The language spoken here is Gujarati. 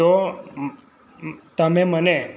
તો તમે મને